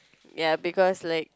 ya because like